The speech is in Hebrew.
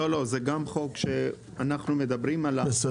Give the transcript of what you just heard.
זה גם חוק שאנחנו מדברים עליו.